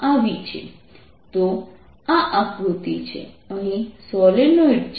તો આ આકૃતિ છે અહીં સોલેનોઇડ છે